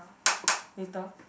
later